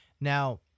Now